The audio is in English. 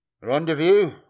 Rendezvous